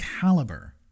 caliber